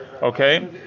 Okay